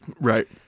Right